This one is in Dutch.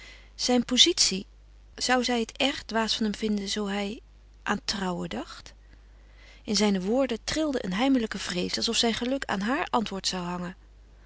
zijn pozitie zou zij het erg dwaas van hem vinden zoo hij aan trouwen dacht in zijne woorden trilde een heimelijke vrees alsof zijn geluk aan haar antwoord zou hangen